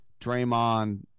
Draymond